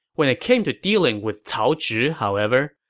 when it came to dealing with cao zhi, however,